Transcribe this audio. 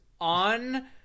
on